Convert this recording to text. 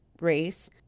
race